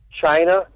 China